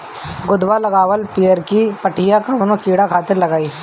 गोदवा लगवाल पियरकि पठिया कवने कीड़ा खातिर लगाई?